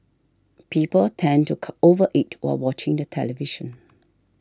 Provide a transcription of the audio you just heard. people tend to over eat while watching the television